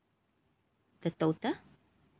the total